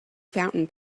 fountain